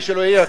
או מי שלא יהיה,